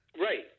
Right